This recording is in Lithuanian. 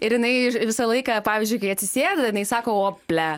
ir jinai visą laiką pavyzdžiui kai atsisėda jinai sako ople